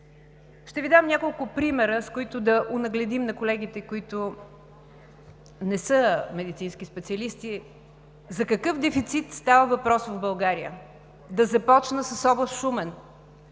Ще Ви дам няколко примера, с които да онагледим на колегите, които не са медицински специалисти, за какъв дефицит става въпрос в България. Да започна с област Шумен.